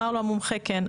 אמר לו המומחה: כן.